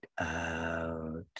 out